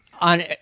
on